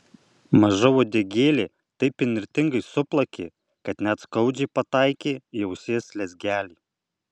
maža uodegėlė taip įnirtingai suplakė kad net skaudžiai pataikė į ausies lezgelį